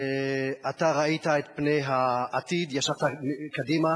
אתה ראית את פני העתיד, ישבת קדימה